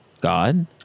God